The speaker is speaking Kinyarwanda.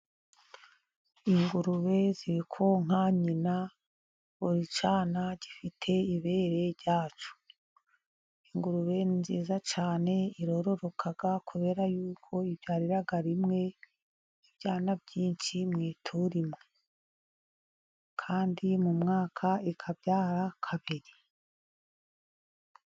Ingurube ziri konka nyina buri cyana gifite ibere ryacyo, ingurube nziza cyane irororoka kubera y'uko. , ibyarira rimwe ibyana byinshi mu ituro imwe kandi mu mwaka ikabyara kabiri